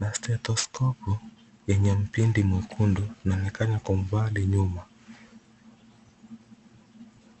na stetoskopu yenye mpindi mwekundu inaonekana kwa umbali nyuma.